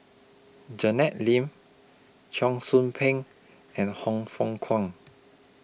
Janet Lim Cheong Soo Pieng and Hang Fook Kwang